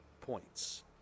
points